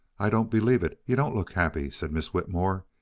i don't believe it you don't look happy, said miss whitmore,